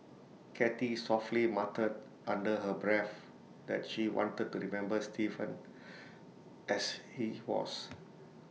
cathy softly muttered under her breath that she wanted to remember Stephen as he was